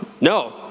No